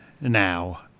Now